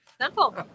Simple